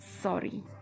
sorry